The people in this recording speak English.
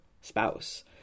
spouse